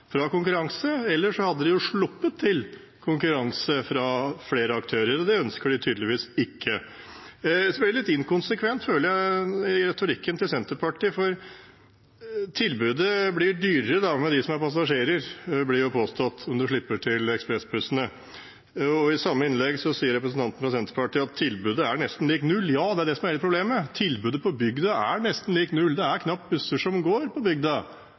fra konkurranse, ellers hadde de sluppet til konkurranse fra flere aktører. Det ønsker de tydeligvis ikke. Retorikken fra Senterpartiet er litt inkonsekvent, føler jeg, for det blir påstått at tilbudet blir dyrere for passasjerene hvis en slipper til ekspressbussene. I det samme innlegget sa representanten fra Senterpartiet at tilbudet er nesten lik null. Ja, det er det som er hele problemet. Tilbudet på bygda er nesten lik null. Det er knapt busser som går på bygda,